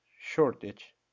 shortage